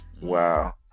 Wow